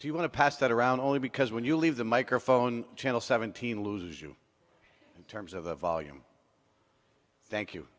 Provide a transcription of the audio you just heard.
do you want to pass that around only because when you leave the microphone channel seventeen lose you in terms of the volume thank you